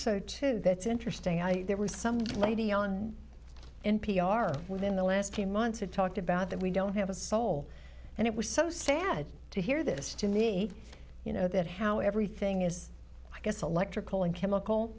so too that's interesting i there was some lady on n p r on within the last few months who talked about that we don't have a soul and it was so sad to hear this to me you know that how everything is i guess electrical and chemical